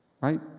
Right